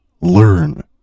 learn